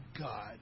God